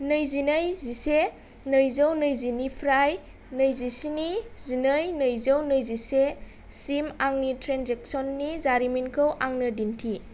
नैजिनै जिसे नैजौ नैजिनिफ्राय नैजिस्नि जिनै नैजौ नैजिसेसिम आंनि ट्रेन्जेक्स'ननि जारिमिनखौ आंनो दिन्थि